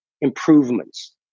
improvements